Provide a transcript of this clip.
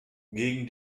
gegen